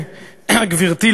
גברתי,